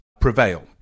prevail